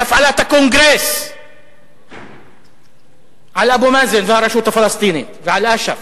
בהפעלת הקונגרס על אבו מאזן ועל הרשות הפלסטינית ועל אש"ף,